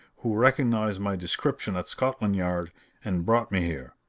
who recognized my description at scotland yard and brought me here.